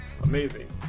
amazing